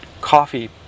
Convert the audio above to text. coffee